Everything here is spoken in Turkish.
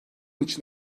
için